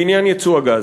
בעניין ייצוא הגז.